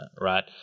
right